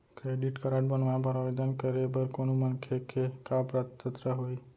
Credit card बनवाए बर आवेदन करे बर कोनो मनखे के का पात्रता होही?